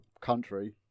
country